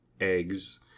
eggs